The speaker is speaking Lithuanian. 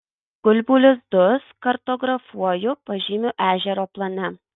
gulbių lizdus kartografuoju pažymiu ežero plane